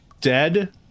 dead